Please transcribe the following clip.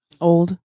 old